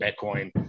Bitcoin